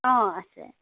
অ আছে